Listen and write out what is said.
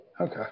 Okay